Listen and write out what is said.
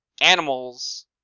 animals